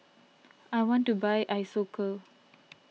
I want to buy Isocal